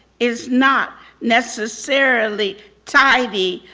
is not necessarily tidy,